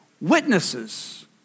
witnesses